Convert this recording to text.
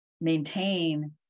maintain